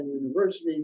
University